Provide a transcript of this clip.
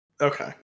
Okay